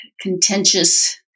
contentious